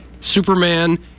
Superman